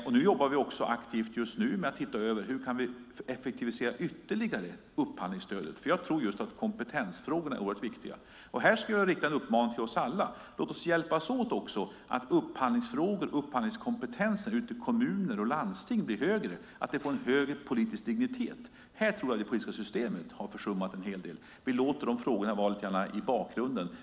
Just nu jobbar vi aktivt med att se över hur vi ytterligare kan effektivisera upphandlingsstödet. Jag tror att just kompetensfrågorna är oerhört viktiga. Här skulle jag vilja rikta en uppmaning till oss alla: Låt oss hjälpas åt, så att upphandlingskompetensen i kommuner och landsting blir högre, att de frågorna får en högre politisk dignitet. Här tror jag att det politiska systemet har försummat en hel del. Vi låter de frågorna vara lite grann i bakgrunden.